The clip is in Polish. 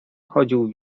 chodził